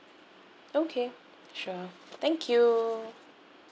okay sure thank you